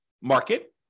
market